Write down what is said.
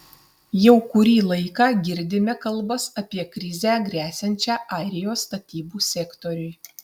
jau kurį laiką girdime kalbas apie krizę gresiančią airijos statybų sektoriui